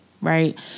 right